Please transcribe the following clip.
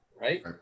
right